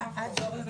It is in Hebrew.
ועל כן,